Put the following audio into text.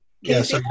Yes